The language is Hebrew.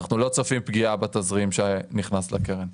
אנחנו לא צופים פגיעה בתזרים שנכנס לקרן.